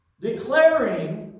declaring